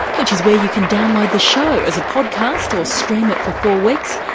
which is where you can download the show as a podcast or stream it for four weeks.